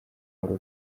rugo